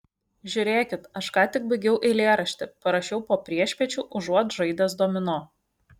žiūrėkit aš ką tik baigiau eilėraštį parašiau po priešpiečių užuot žaidęs domino